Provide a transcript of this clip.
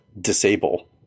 disable